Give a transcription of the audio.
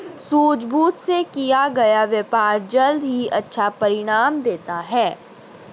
सूझबूझ से किया गया व्यापार जल्द ही अच्छा परिणाम देता है